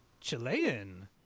Chilean